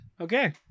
okay